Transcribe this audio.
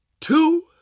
two